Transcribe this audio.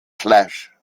clash